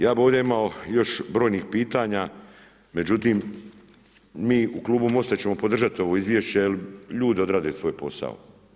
Ja bi ovdje imao još brojnih pitanja, međutim mi u klubu MOST-a ćemo podržati ovo izvješće jer ljudi odrade svoj posao.